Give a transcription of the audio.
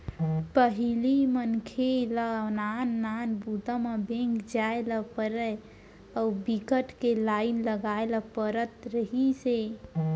पहिली मनसे ल नान नान बूता म बेंक जाए ल परय अउ बिकट के लाईन लगाए ल परत रहिस हे